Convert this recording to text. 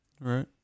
Right